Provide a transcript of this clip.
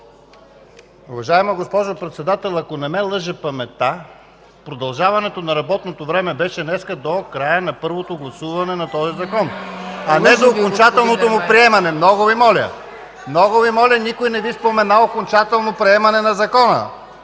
Уважаема госпожо Председател, ако не ме лъже паметта, продължаването на работното време днес беше до края на първото гласуване на този закон, а не до окончателното му приемане. (Възгласи и реплики от ГЕРБ.) Много Ви моля, никой не е споменал окончателно приемане на закона.